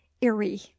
eerie